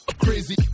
crazy